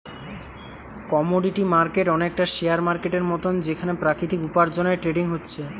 commodity market অনেকটা share মার্কেটের মতন যেখানে প্রাকৃতিক উপার্জনের ট্রেডিং হচ্ছে